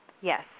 Yes